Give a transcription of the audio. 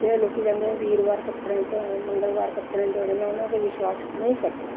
ਚਾਹੇ ਲੋਕੀ ਕਹਿੰਦੇ ਆ ਵੀਰਵਾਰ ਕੱਪੜੇ ਨੀ ਧੋਣੇ ਮੰਗਲਵਾਰ ਕੱਪੜੇ ਨੀ ਧੋਣੇ ਮੈਂ ਉਹਨਾਂ ਤੇ ਵਿਸ਼ਵਾਸ ਨਹੀਂ ਕਰਦੀ